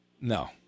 No